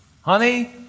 honey